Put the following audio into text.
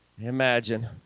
Imagine